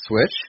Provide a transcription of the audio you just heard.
switch